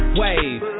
wave